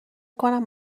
کنم